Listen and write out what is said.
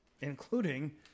including